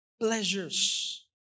pleasures